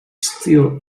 still